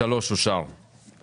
הצבעה סעיף 18 אושר סעיף 18 אושר.